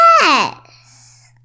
Yes